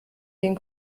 den